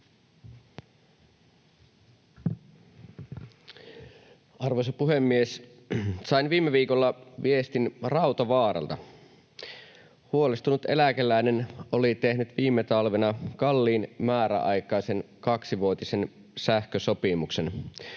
Arvoisa puhemies! Sain viime viikolla viestin Rautavaaralta. Huolestunut eläkeläinen oli tehnyt viime talvena kalliin määräaikaisen kaksivuotisen sähkösopimuksen,